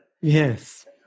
Yes